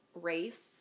race